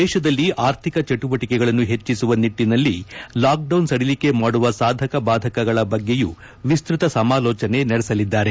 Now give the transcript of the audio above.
ದೇಶದಲ್ಲಿ ಆರ್ಥಿಕ ಚಟುವಟಿಕೆಗಳನ್ನು ಹೆಚ್ಚಿಸುವ ನಿಟ್ಟನಲ್ಲಿ ಲಾಕ್ಡೌನ್ ಸಡಿಲಿಕೆ ಮಾಡುವ ಸಾಧಕ ಬಾಧಕಗಳ ಬಗ್ಗೆಯೂ ವಿಸ್ತತ ಸಮಾಲೋಚನೆ ನಡೆಸಲಿದ್ದಾರೆ